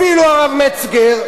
אפילו הרב מצגר,